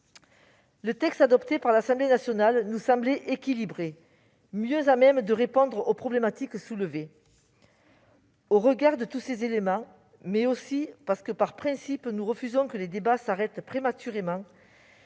Le texte adopté par l'Assemblée nationale nous semblait équilibré et mieux à même de répondre aux problématiques soulevées. Au regard de tous ces éléments, mais aussi parce que, par principe, nous refusons que les débats s'arrêtent prématurément,